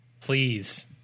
Please